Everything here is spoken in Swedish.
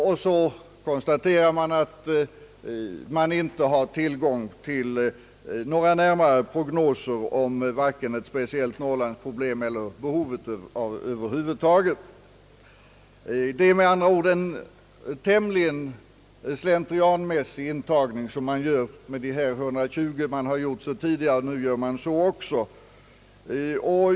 Vidare konstateras i utlåtandet att man inte har tillgång till några närmare prognoser om vare sig ett speciellt Norrlandsproblem eller behovet över huvud taget. Det är med andra ord en tämligen slentrianmässig intagning som man gör med de här 120. Man har gjort så tidigare, och därför gör man så även nu.